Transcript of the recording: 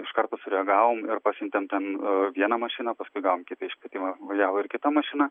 iš karto sureagavom ir pasiuntėm ten vieną mašiną paskui gavom kitą iškvietimą važiavo ir kita mašina